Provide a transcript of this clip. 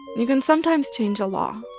you can sometimes change a law.